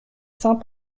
saint